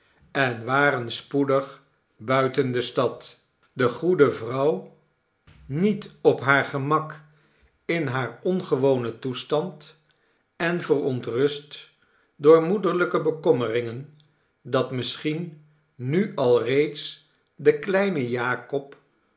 en waren spoedig buiten de stad de goede vrouw niet op haar gemak in haar ongewonen toestand en verontrust door moederlijke bekommeringen dat misschien nu alreeds de kleine jakob